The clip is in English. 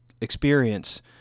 experience